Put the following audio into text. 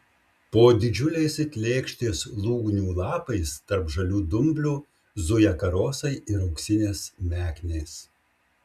po didžiuliais it lėkštės lūgnių lapais tarp žalių dumblių zuja karosai ir auksinės meknės